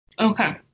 okay